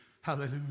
Hallelujah